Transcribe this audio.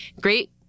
great